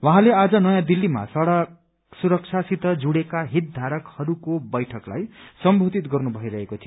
उमैंले आज नयाँ दिल्लीमा सड़क सुरक्षासित जुड़ेका हितथारकहरूको बैठक्लाई सम्बोधित गर्नु भइरहेको थियो